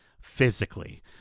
physically